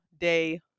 day